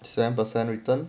seven percent return